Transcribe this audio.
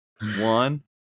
One